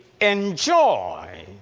enjoy